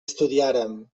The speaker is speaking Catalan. estudiàrem